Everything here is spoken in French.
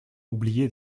oublié